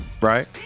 right